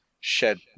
shed